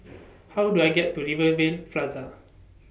How Do I get to Rivervale Plaza